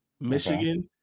Michigan